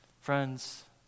Friends